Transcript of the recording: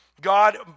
God